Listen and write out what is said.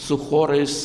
su chorais